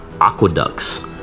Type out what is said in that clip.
aqueducts